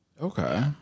Okay